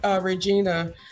Regina